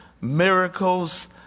miracles